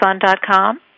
Amazon.com